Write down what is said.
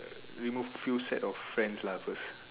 uh remove few set of friend lah first